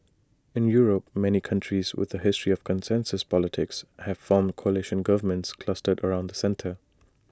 in Europe many countries with A history of consensus politics have formed coalition governments clustered around the centre